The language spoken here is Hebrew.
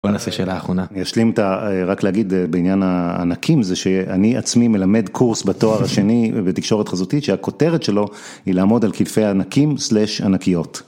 בוא נעשה שאלה אחרונה אני אשלים רק להגיד בעניין הענקים זה שאני עצמי מלמד קורס בתואר השני בתקשורת חזותית שהכותרת שלו היא לעמוד על כתפי ענקים סלש ענקיות.